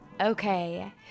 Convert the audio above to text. Okay